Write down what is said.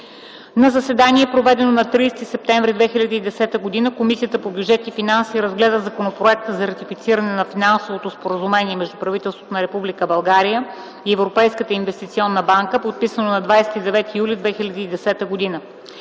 На заседание, проведено на 30 септември 2010 г., Комисията по бюджет и финанси разгледа Законопроекта за ратифициране на Финансовото споразумение между правителството на Република България и Европейската инвестиционна банка, подписано на 29 юли 2010 г.